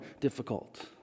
difficult